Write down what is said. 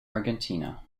argentina